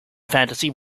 fantasy